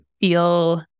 feel